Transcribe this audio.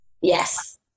Yes